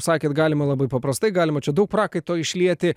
sakėt galima labai paprastai galima čia daug prakaito išlieti